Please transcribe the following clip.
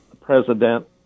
president